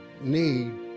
need